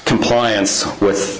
compliance with